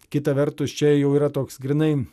kita vertus čia jau yra toks grynai